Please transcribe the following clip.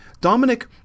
Dominic